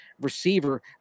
receiver